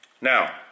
Now